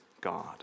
God